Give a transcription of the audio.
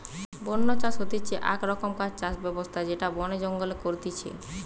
বন্য চাষ হতিছে আক রকমকার চাষ ব্যবস্থা যেটা বনে জঙ্গলে করতিছে